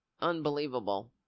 unbelievable